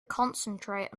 concentrate